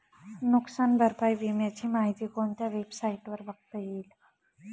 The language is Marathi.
नुकसान भरपाई विम्याची माहिती कोणत्या वेबसाईटवर बघता येईल?